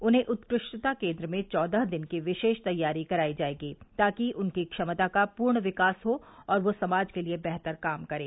उन्हें उत्कृष्टता केन्द्र में चौदह दिन की विशेष तैयारी कराई जायेगी ताकि उनकी क्षमता का पूर्ण विकास हो और वे समाज के लिए बेहतर काम करें